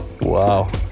wow